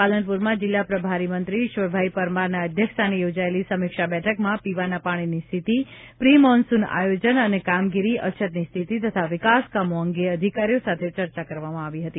પાલનપુરમાં જિલ્લા પ્રભારી મંત્રી ઈશ્વરભાઈ પરમારે અધ્યક્ષસ્થાને યોજાયેલી સમીક્ષા બેઠકમાં પીવાના પાણીની સ્થિતિ પ્રિ મોન્સુન આયોજન અને કામગીરી અછતની સ્થિતિ તથા વિકાસકામો અંગે અધિકારીઓ સાથે ચર્ચા કરવામાં આવી હતી